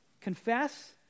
Confess